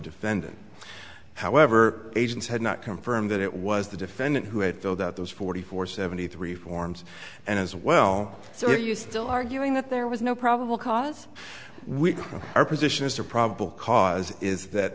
defendant however agents had not come for him that it was the defendant who had filled out those forty four seventy three forms and as well so are you still arguing that there was no probable cause we our position is the probable cause is that